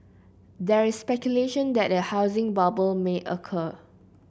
there is speculation that a housing bubble may occur